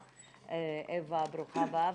האישה, אוה, ברוכה הבאה.